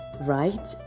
right